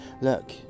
look